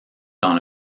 dans